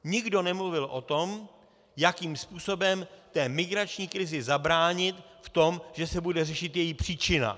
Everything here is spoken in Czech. Nikdo nemluvil o tom, jakým způsobem té migrační krizi zabránit v tom, že se bude řešit její příčina.